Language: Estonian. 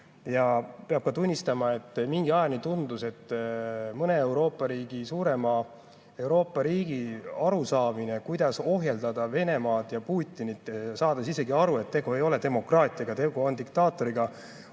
Ja peab tunnistama, et mingi ajani tundus, et mõne suurema Euroopa riigi arusaamine, kuidas ohjeldada Venemaad ja Putinit – nad saavad küll aru, et tegu ei ole demokraatiaga, tegu on diktaatoriga